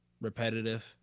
repetitive